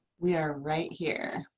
we are right here.